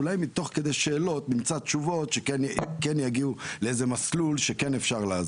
אולי תוך כדי שאלות נמצא תשובות שכן יגיעו לאיזה מסלול שכן אפשר לעזור.